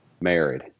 Married